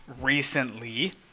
recently